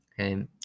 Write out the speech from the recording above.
Okay